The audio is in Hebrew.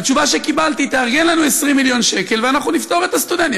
והתשובה שקיבלתי: תארגן לנו 20 מיליון שקל ואנחנו נפטור את הסטודנטים.